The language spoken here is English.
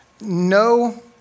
No